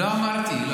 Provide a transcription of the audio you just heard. לא אמרתי.